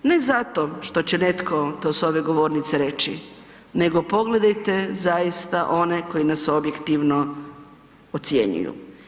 Ne zato što će netko to s ove govornice reći nego pogledajte zaista one koji nas objektivno ocjenjuju.